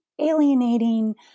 Alienating